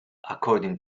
according